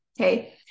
Okay